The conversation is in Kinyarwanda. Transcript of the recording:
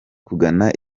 kugana